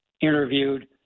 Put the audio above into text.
interviewed